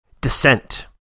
Descent